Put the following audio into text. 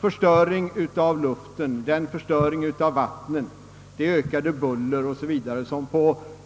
Förstöringen av luften och vattnen, det ökade bullret 0. s. v., som